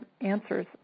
answers